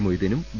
മൊയ്തീനും V